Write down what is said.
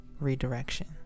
redirection